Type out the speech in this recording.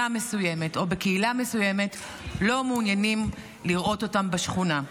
מסוימת או בקהילה מסוימת לא מעוניינים לראות אותם בשכונה.